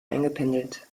eingependelt